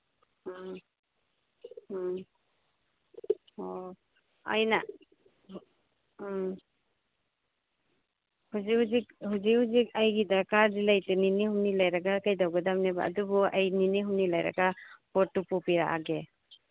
ꯎꯝ ꯎꯝ ꯑꯣ ꯑꯩꯅ ꯎꯝ ꯍꯧꯖꯤꯛ ꯍꯧꯖꯤꯛ ꯍꯧꯖꯤꯛ ꯍꯧꯖꯤꯛ ꯑꯩꯒꯤ ꯗꯔꯀꯥꯔ ꯂꯩꯇꯦ ꯅꯤꯅꯤ ꯍꯨꯝꯅꯤ ꯂꯩꯔꯒ ꯀꯔꯤ ꯇꯧꯒꯗꯕꯅꯦꯕ ꯑꯗꯨꯕꯨ ꯑꯩ ꯅꯤꯅꯤ ꯍꯨꯝꯅꯤ ꯂꯩꯔꯒ ꯄꯣꯠꯇꯨ ꯄꯨꯕꯤꯔꯛꯑꯒꯦ